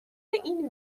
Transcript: این